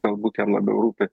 galbūt jam labiau rūpi